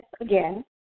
again